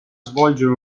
svolgere